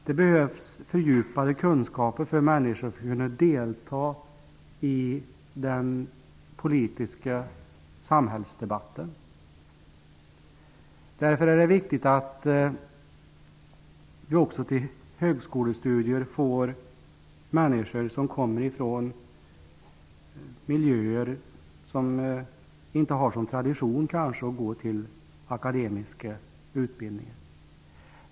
Det behövs fördjupade kunskaper för att människor skall kunna delta i den politiska samhällsdebatten. Därför är det viktigt att vi också får sådana personer att söka sig till högskolestudier som kommer från miljöer där det kanske inte är en tradition att välja akademiska utbildningar.